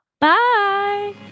Bye